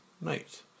Night